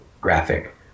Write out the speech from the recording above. graphic